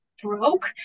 broke